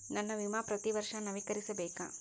ನನ್ನ ವಿಮಾ ಪ್ರತಿ ವರ್ಷಾ ನವೇಕರಿಸಬೇಕಾ?